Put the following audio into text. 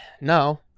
No